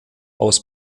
aus